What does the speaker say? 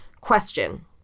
Question